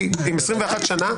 של משרד האוצר עם ותק של 21 שנים,